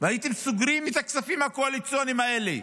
והייתם סוגרים את הכספים הקואליציוניים האלה,